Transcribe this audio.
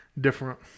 different